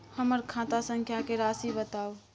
हमर खाता संख्या के राशि बताउ